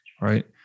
right